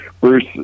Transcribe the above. bruce